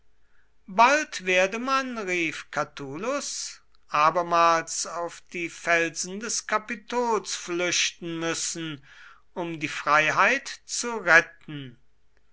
bald werde man rief catulus abermals auf die felsen des kapitols flüchten müssen um die freiheit zu retten